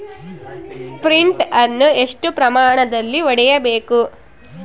Sprint ಅನ್ನು ಎಷ್ಟು ಪ್ರಮಾಣದಲ್ಲಿ ಹೊಡೆಯಬೇಕು?